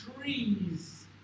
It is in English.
trees